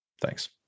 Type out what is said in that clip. Thanks